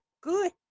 good